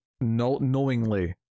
knowingly